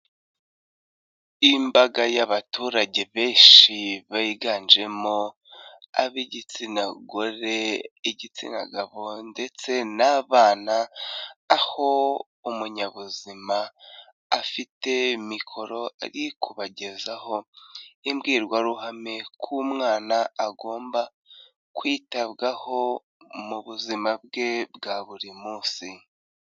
Imbaga y'abaturage benshi biganjemo ab'igitsina gore igitsina gabo, ndetse n'abana, aho umunyabuzima afite mikoro ari kubagezaho imbwirwaruhame ko umwana agomba kwitabwaho mu buzima bwe bwa buri munsi.